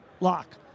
lock